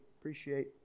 appreciate